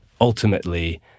ultimately